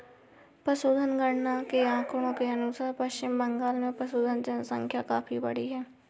पशुधन गणना के आंकड़ों के अनुसार पश्चिम बंगाल में पशुधन जनसंख्या काफी बढ़ी है